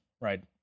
right